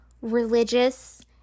religious